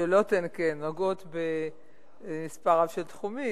כן, השאלות נוגעות במספר רב של תחומים.